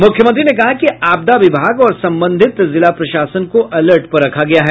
मुख्यमंत्री ने कहा कि आपदा विभाग और संबंधित जिला प्रशासन को अलर्ट पर रखा गया है